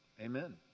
Amen